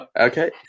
Okay